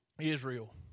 Israel